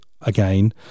again